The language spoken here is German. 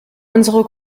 unsere